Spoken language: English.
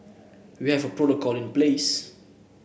we have a protocol in place